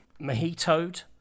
mojitoed